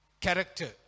character